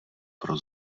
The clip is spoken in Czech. pro